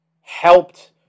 helped